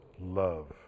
love